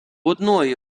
одної